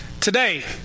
Today